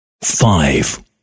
five